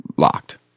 locked